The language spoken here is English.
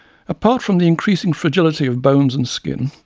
apart from the increasing fragility of bones and skin,